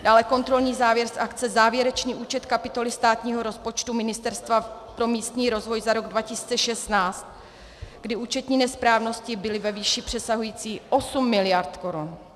Dále kontrolní závěr z akce závěrečný účet kapitoly státního rozpočtu Ministerstva pro místní rozvoj za rok 2016, kdy účetní nesprávnosti byly ve výši přesahující 8 mld. Kč.